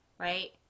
Right